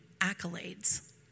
accolades